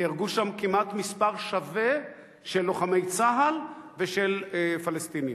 נהרגו שם כמעט מספר שווה של לוחמי צה"ל ושל פלסטינים,